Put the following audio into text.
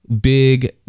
big